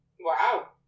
Wow